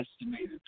estimated